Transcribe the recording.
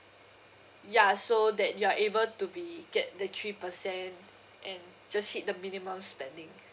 ya so that you are able to be get the three percent and just hit the minimum spending